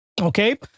okay